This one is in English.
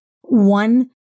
one